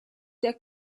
der